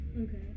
Okay